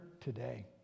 today